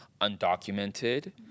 undocumented